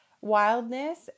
wildness